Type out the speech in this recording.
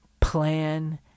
plan